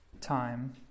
time